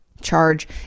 charge